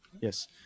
Yes